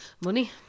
Money